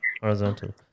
horizontal